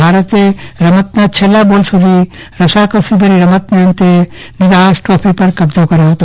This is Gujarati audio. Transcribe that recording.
ભારતે રમતના છેલ્લાબોલ સુધી રસાકસીભરી રમતને અંતે નિદાહય ટ્રોફી પર કબ્જો કર્યોહતો